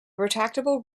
retractable